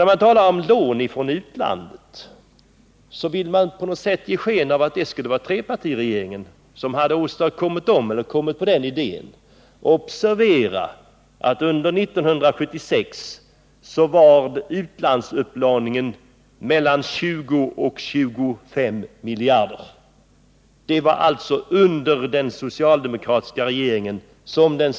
När man talar om lån från utlandet, vill man på något sätt ge sken av att det skulle vara trepartiregeringen som hade kommit på den idén. Observera att under 1976 var utlandsupplåningen mellan 20 och 25 miljarder kronor! Det var alltså under den socialdemokratiska regeringen som den